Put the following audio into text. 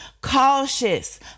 cautious